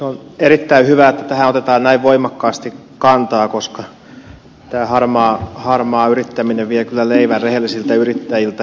on erittäin hyvä että tähän otetaan näin voimakkaasti kantaa koska tämä harmaa yrittäminen vie kyllä leivän rehellisiltä yrittäjiltä